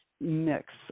Mix